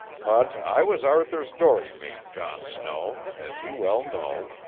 but i was arthur's dory mate, john snow, as you well know,